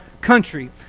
country